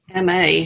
MA